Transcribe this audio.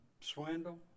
swindle